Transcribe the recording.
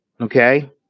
Okay